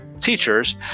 teachers